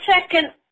second